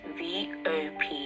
vop